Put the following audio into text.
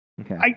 Okay